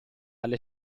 alle